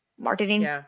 Marketing